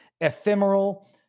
ephemeral